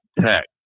tech